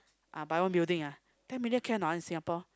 uh buy one building ah ten million can or not ah in Singapore